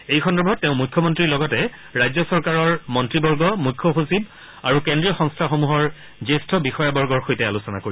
এই সন্দৰ্ভত তেওঁ মুখ্যমন্ত্ৰীৰ লগতে ৰাজ্য চৰকাৰৰ মন্ত্ৰীবৰ্গ মুখ্য সচিব আৰু কেন্দ্ৰীয় সংস্থাসমূহৰ জ্যেষ্ঠ বিষয়াবৰ্গৰ সৈতে আলোচনা কৰিব